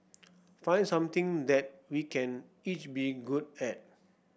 find something that we can each be good at